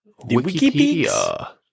Wikipedia